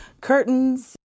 curtains